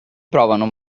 provano